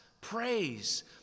praise